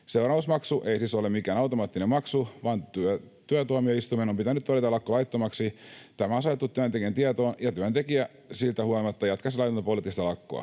Seuraamusmaksu ei siis ole mikään automaattinen maksu, vaan työtuomioistuimen on pitänyt todeta lakko laittomaksi, tämä on saatettu työntekijän tietoon, ja työntekijä siitä huolimatta jatkaisi laitonta poliittista lakkoa.